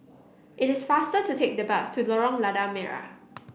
it is faster to take the bus to Lorong Lada Merah